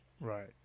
Right